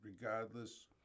regardless